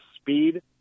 speed